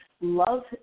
love